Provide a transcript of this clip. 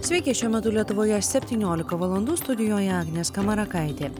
sveiki šiuo metu lietuvoje septyniolika valandų studijoje agnė skamarakaitė